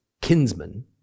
kinsman